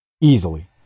Easily